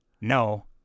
no